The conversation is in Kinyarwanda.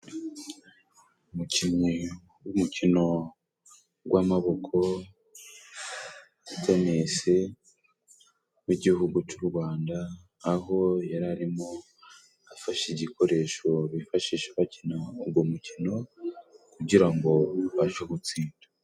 Umukinnyi w'umukino gw'amaboko wa tenisi w'Igihugu cy'u Rwanda, aho yari arimo afashe igikoresho bifashisha bakina uwo mukino, kugira ngo abashe gutsinda.